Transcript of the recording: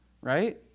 right